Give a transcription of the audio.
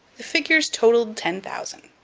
the figures totaled ten thousand.